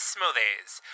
Smoothies